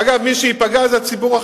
אגב, מי שייפגע זה הציבור החילוני,